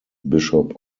bishop